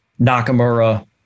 Nakamura